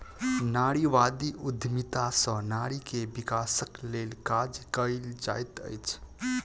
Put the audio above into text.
नारीवादी उद्यमिता सॅ नारी के विकासक लेल काज कएल जाइत अछि